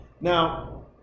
Now